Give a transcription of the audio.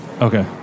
Okay